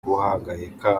guhangayika